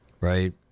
Right